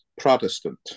Protestant